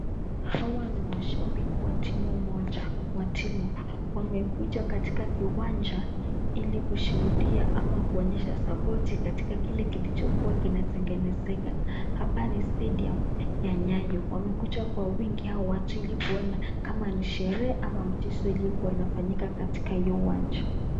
Hawa ni mashabiki wa timu moja wa timu, wamekuja katika kiwanja ili kushuhudia ama kuonyesha sapoti katika kile kilichokuwa kinatengenezeka, hapa ni stadium ya Nyayo, wamekuja kwa wingi hao watu ili kuona kama ni sherehe ama mchezo iliyokuwa inafanyika katika hiyo uwanja.